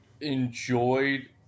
enjoyed